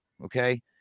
Okay